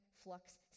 flux